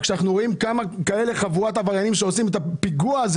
אבל כשאנחנו רואים חבורת עבריינים שעושים את הפיגוע הזה